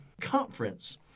conference